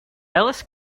ellis